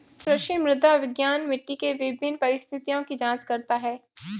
कृषि मृदा विज्ञान मिट्टी के विभिन्न परिस्थितियों की जांच करता है